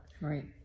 Right